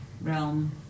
realm